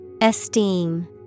Esteem